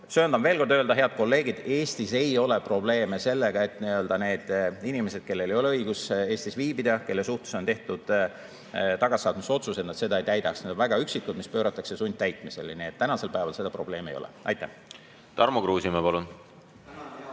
Söandan veel kord öelda, head kolleegid, et Eestis ei ole probleeme sellega, et need inimesed, kellel ei ole õigust Eestis viibida, kelle suhtes on tehtud tagasisaatmisotsus, seda ei täida. Need on väga üksikud [juhtumid], mis pööratakse sundtäitmisele. Tänasel päeval seda probleemi ei ole. Tarmo Kruusimäe, palun!